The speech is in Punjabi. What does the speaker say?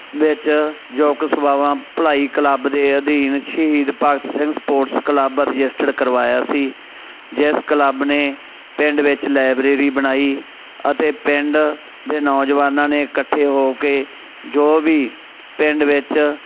ਵਿੱਚ ਜੋ ਕਿ ਸੇਵਾਵਾਂ ਭਲਾਈ ਕਲੱਬ ਦੇ ਅਧੀਨ Shaheed Bhagat Singh sports club register ਕਰਵਾਇਆ ਸੀ ਜਿਸ ਕਲੱਬ ਨੇ ਪਿੰਡ ਵਿੱਚ ਲਾਇਬਰੇਰੀ ਬਣਾਈ ਅਤੇ ਪਿੰਡ ਦੇ ਨੌਜਵਾਨਾਂ ਨੇ ਇਕੱਠੇ ਹੋ ਕੇ ਜੋ ਵੀ ਪਿੰਡ ਵਿੱਚ